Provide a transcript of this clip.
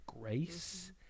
grace